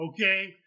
Okay